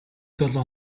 долоо